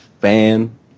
fan